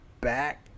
back